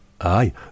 Aye